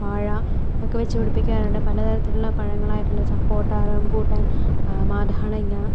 വാഴ ഒക്കെ വച്ചു പിടിപ്പിക്കാറുണ്ട് പല തരത്തിലുള്ള പഴങ്ങളായിട്ടുള്ള സപ്പോട്ട റംബൂട്ടാൻ മാതളങ്ങ